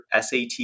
SAT